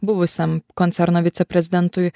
buvusiam koncerno viceprezidentui